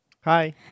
Hi